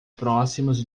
próximos